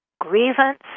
grievance